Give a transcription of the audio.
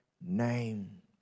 name